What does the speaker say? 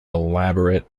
elaborate